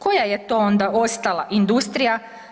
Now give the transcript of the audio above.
Koja je to onda ostala industrija?